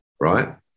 right